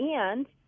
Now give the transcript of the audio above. and-